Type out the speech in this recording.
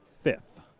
fifth